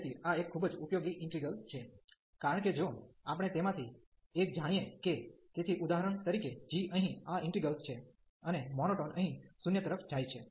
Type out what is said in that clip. તેથી આ એક ખૂબ જ ઉપયોગી ઈન્ટિગ્રલ છે કારણ કે જો આપણે તેમાંથી એક જાણીએ કે તેથી ઉદાહરણ તરીકે g અહીં આ બાઉન્ડેડ છે અને મોનોટોન અહીં 0 તરફ જાય છે